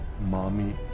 Mommy